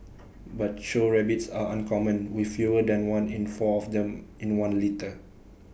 but show rabbits are uncommon with fewer than one in four of them in one litter